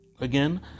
again